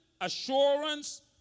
assurance